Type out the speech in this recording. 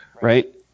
right